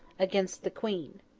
against the queen.